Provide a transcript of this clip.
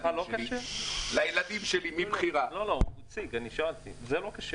--- לילדים שלי מבחירה -- זה לא כשר